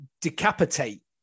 decapitate